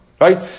right